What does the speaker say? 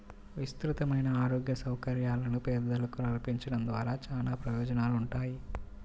విస్తృతమైన ఆరోగ్య సౌకర్యాలను పేదలకు కల్పించడం ద్వారా చానా ప్రయోజనాలుంటాయి